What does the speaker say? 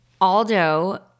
Aldo